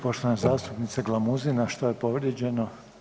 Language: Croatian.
Poštovana zastupnica Glamuzina, što je povrijeđeno?